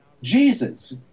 Jesus